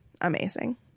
Amazing